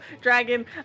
dragon